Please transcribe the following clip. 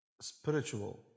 spiritual